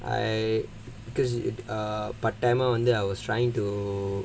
I because it err but tamil on there I was trying to